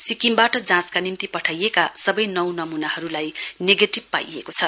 सिक्किमबाट जाँचका निम्ति पठाइएका सबै नौ नमूनाहरूलाई नेगेटिभ पाइएको छ